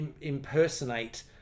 impersonate